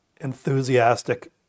enthusiastic